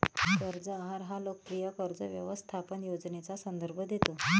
कर्ज आहार हा लोकप्रिय कर्ज व्यवस्थापन योजनेचा संदर्भ देतो